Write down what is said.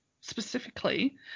specifically